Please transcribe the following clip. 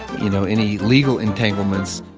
you know, any legal entanglements.